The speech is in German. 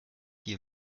hier